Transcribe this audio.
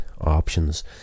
options